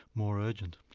more urgent.